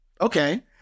Okay